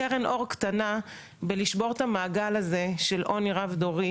זו קרן אור קטנה בלשבור את המעגל הזה של עוני רב דורי